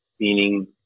meaning